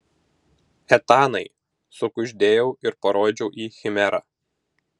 etanai sukuždėjau ir parodžiau į chimerą